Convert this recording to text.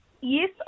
Yes